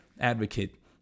advocate